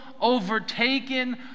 overtaken